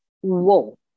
whoa